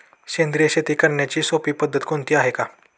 सेंद्रिय शेती करण्याची सोपी पद्धत कोणती आहे का?